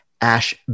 Ash